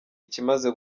ikimaze